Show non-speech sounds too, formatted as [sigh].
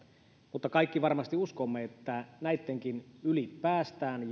mutta kaikki varmasti uskomme että näittenkin yli päästään [unintelligible]